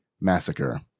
Massacre